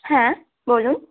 হ্যাঁ বলুন